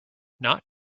not